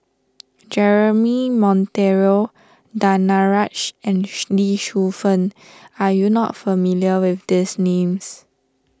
Jeremy Monteiro Danaraj and Lee Shu Fen are you not familiar with these names